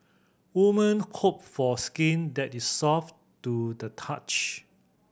woman hope for skin that is soft to the touch